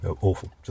awful